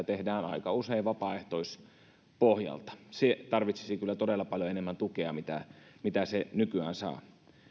tehdään aika usein vapaaehtoispohjalta se tarvitsisi kyllä todella paljon enemmän tukea mitä mitä se nykyään saa